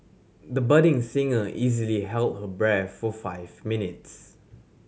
the budding singer easily held her breath for five minutes